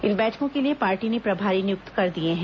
इन बैठकों के लिए पार्टी ने प्रभारी नियुक्त कर दिए हैं